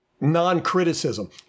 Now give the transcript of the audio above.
non-criticism